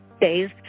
days